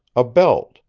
a belt,